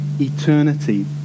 eternity